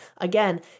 Again